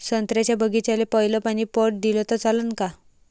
संत्र्याच्या बागीचाले पयलं पानी पट दिलं त चालन का?